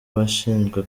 washinzwe